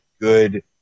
good